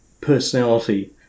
personality